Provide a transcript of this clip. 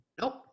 Nope